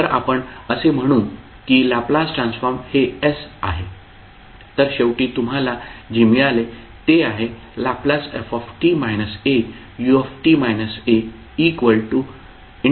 तर आपण असे म्हणू की लॅपलास् ट्रान्सफॉर्म हे s आहे